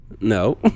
No